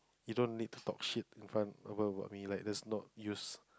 you don't need to talk shit in front over about me like let's not use